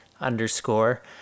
underscore